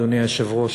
אדוני היושב-ראש,